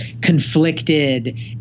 conflicted